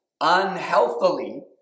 unhealthily